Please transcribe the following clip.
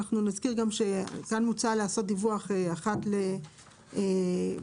נראה שמוצע לעשות דיווח אחת לרבעון.